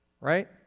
right